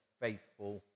faithful